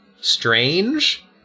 strange